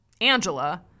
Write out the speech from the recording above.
Angela